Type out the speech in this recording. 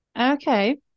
okay